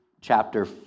chapter